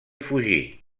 fugir